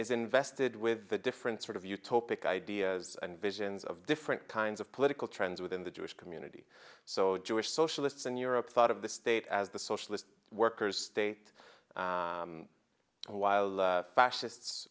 is invested with a different sort of utah pick ideas and visions of different kinds of political trends within the jewish community so the jewish socialists in europe thought of the state as the socialist workers state while the fascists